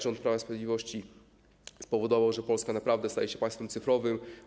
Rząd Prawa i Sprawiedliwości spowodował, że Polska naprawdę staje się państwem cyfrowym.